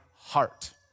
heart